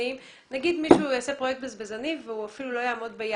נגיד מישהו יעשה פרויקט בזבזני והוא אפילו לא יעמוד ביעד,